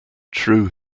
true